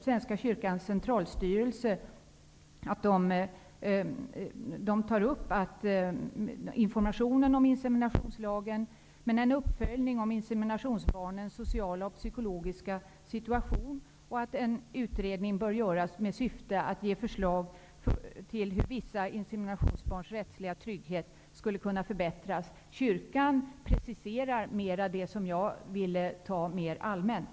Svenska kyrkans cntralstyrelse tar upp frågan om informationen om inseminationslagen, med en uppföljning av inseminationsbarnens sociala och psykologiska situation, och anser att en utredning bör göras med syfte att ge förslag till hur vissa inseminationsbarns rättsliga trygghet skulle kunna förbättras. Kyrkan preciserar mer det som jag vill rent allmänt.